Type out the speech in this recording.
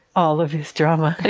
all of this drama. but